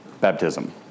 baptism